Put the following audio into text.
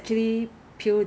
store wide thirty percent